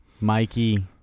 mikey